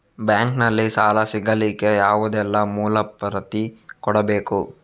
Bank ನಲ್ಲಿ ಸಾಲ ಸಿಗಲಿಕ್ಕೆ ಯಾವುದೆಲ್ಲ ಮೂಲ ಪ್ರತಿ ಕೊಡಬೇಕು?